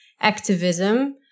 activism